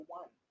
one